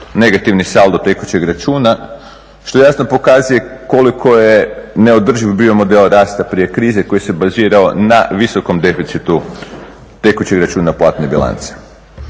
negativni saldo tekućeg računa što jasno pokazuje koliko je neodrživ bio model rasta prije krize koji se bazirao na visokom deficitu tekućeg računa platne bilance.